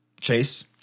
Chase